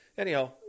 Anyhow